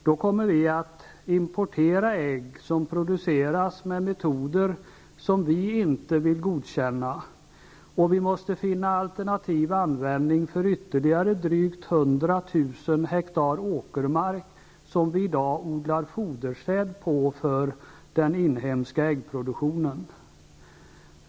Då kommer vi att importera ägg som produceras med metoder som vi inte vill godkänna, och vi måste finna alternativ användning för ytterligare drygt 100 000 ha åkermark på vilka vi i dag odlar fodersäd för den inhemska äggproduktionen. Herr talman!